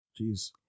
Jeez